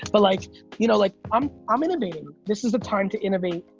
but like you know like um i'm innovating. this is the time to innovate,